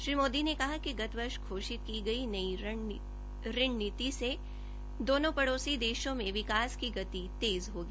श्री मोदी ने कहा कि गत वर्ष घोषित की गई नई ऋण नीति से दोनो पड़ोसी देशों में विकास की गति तेज होगी